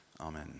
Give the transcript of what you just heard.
Amen